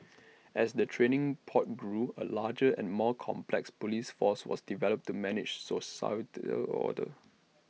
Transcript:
as the training port grew A larger and more complex Police force was developed to manage societal order